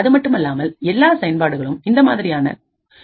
எஸ்ல் இயக்கப்படுகின்றது